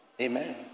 Amen